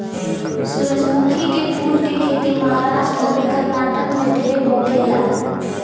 सूरजमुखी के फूल के खेती महाराष्ट्र अउरी कर्नाटक में ढेर होखेला